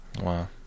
Wow